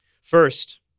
First